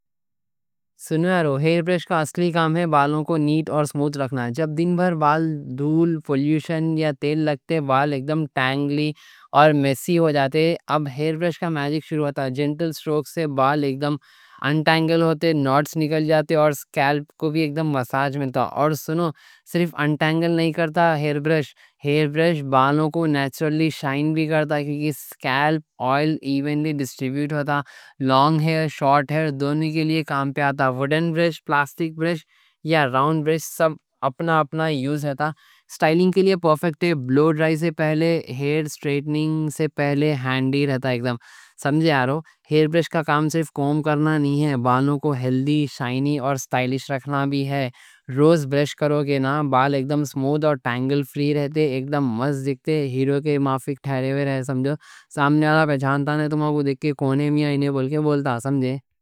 سنو یارو، ہیر برش کا اصلی کام ہے بالوں کو نیٹ اور سموٹھ رکھنا۔ دن بھر بال دھول، پولیوشن یا تیل لگتے، بال اکدم ٹینگلی اور میسی ہو جاتے۔ اب ہیر برش کا ماجک شروع ہوتا۔ جنٹل اسٹروک سے بال اکدم انٹینگل ہوتے، ناٹس نکل جاتے اور اسکالپ کو بھی اکدم مساج کرتا۔ اور سنو، صرف انٹینگل نہیں کرتا، ہیر برش بالوں کو نیچرلی شائن بھی کرتا کیونکہ اسکالپ کا آئل ایونلی ڈسٹریبیوٹ ہوتا۔ لانگ ہیر، شارٹ ہیر—دونوں کے لیے کام پے آتا۔ ووڈن برش، پلاسٹک برش یا راؤنڈ برش—سب اپنا اپنا یوز ہیتا۔ سٹائلنگ کے لیے پرفیکٹ ہے۔ بلو ڈرائی سے پہلے، ہیر سٹریٹننگ سے پہلے، ہینڈی رہتا اکدم، سمجھے؟ یارو، ہیر برش کا کام صرف کوم کرنا نہیں ہے، بالوں کو ہیلڈی، شائنی اور سٹائلش رکھنا بھی ہے۔ روز برش کرو کے نا، بال اکدم سموٹھ اور ٹینگل فری رہتے، سمجھے۔